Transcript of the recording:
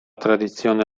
tradizione